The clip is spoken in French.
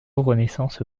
renaissance